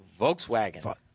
Volkswagen